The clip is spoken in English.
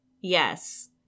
Yes